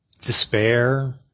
Despair